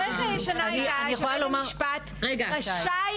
הדרך הישנה הייתה שבית המשפט רשאי